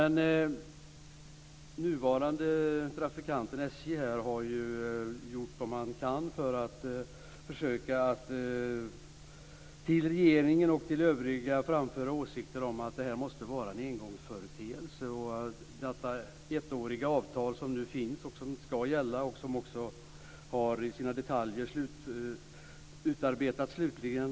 Nuvarande trafikören SJ har gjort vad man kan för att till regeringen och övriga framföra åsikter om att detta måste vara en engångsföreteelse och att det ettåriga avtal som nu finns och som i sina detaljer slutligen utarbetats skall gälla.